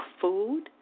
food